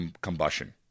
combustion